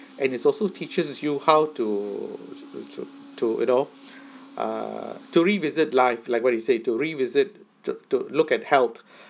and it's also teaches you how to to to to you know uh to revisit life what you said to look at health